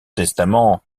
testament